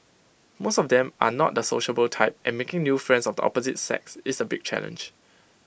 most of them are not the sociable type and making new friends of the opposite sex is A big challenge